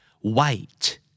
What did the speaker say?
White